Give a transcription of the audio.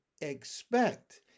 expect